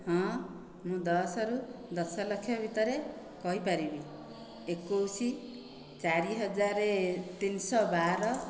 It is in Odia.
ହଁ ମୁଁ ଦଶରୁ ଦଶଲକ୍ଷ ଭିତରେ କହିପାରିବି ଏକୋଇଶ ଚାରିହଜାର ତିନିଶହ ବାର